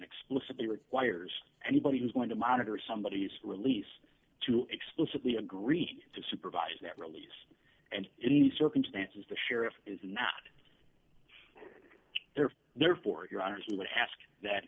explicitly requires anybody who is going to monitor somebody is released to explicitly agreed to supervise that release and any circumstances the sheriff is not there for your honour's we would ask that